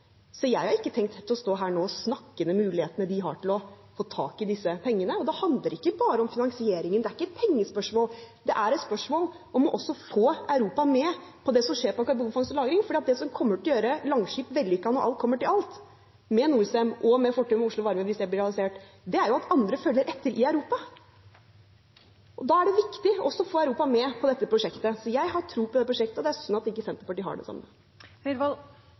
Så jeg har ikke tenkt å stå her nå og snakke ned mulighetene de har for å få tak i disse pengene. Og det handler ikke bare om finansieringen, det er ikke et pengespørsmål; det er et spørsmål om også å få Europa med på det som skjer når det gjelder karbonfangst og -lagring. For det som kommer til å gjøre Langskip vellykket, når alt kommer til alt, med Norcem, og med Fortum Oslo Varme, hvis det blir realisert, er at andre følger etter i Europa. Da er det viktig også å få Europa med på dette prosjektet. Jeg har tro på prosjektet, og det er synd at ikke Senterpartiet har det